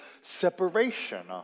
separation